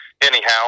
anyhow